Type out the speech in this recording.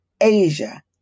Asia